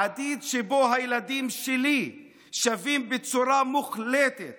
עתיד שבו הילדים שלי שווים בצורה מוחלטת